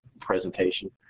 presentation